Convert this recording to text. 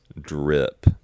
drip